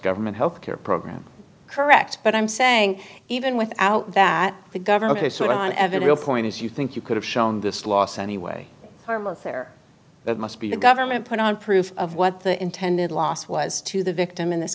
government health care program correct but i'm saying even without that the government has sort of on evan real point is you think you could have shown this loss anyway harm or fair that must be the government put on proof of what the intended loss was to the victim in this